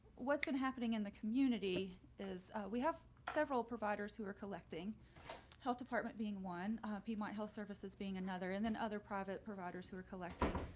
what's been happening in the community is we have several providers who are collecting health department being one piedmont health services being another and then other private providers who are collecting